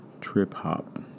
trip-hop